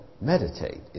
meditate